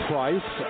Price